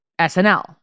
SNL